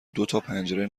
دوپنجره